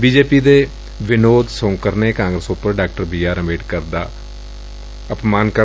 B J P ਦੇ ਵਿਨੋਦ ਸੋਕਰ ਨੇ ਕਾਗਰਸ ਉਪਰ ਡਾ ਬੀ ਆਰ ਅੰਬੇਡਕਰ ਦਾ ਅਪਮਾਨ ਕੀਤੈ